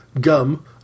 gum